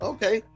Okay